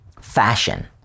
fashion